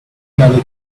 another